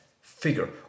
figure